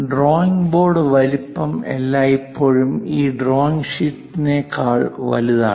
drawing board വലുപ്പം എല്ലായ്പ്പോഴും ഈ ഡ്രോയിംഗ് ഷീറ്റിനേക്കാൾ വലുതാണ്